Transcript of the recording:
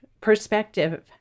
perspective